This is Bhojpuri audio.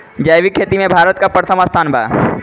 जैविक खेती में भारत का प्रथम स्थान बा